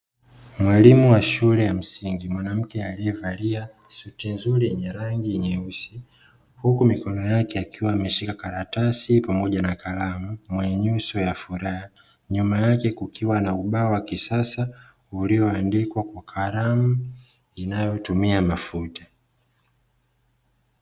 Mwalimu wa shule ya msingi Mwanamke aliye valia suti nzuri yenye rangi nyeusi. Huku mikono yake akiwa ameshika karatasi pamoja na kalamu, mwenye nyuso ya furaha, nyuma yake kukiwa na ubao wa kisasa ulioandikwa kwa kalamu inayotumia mafuta.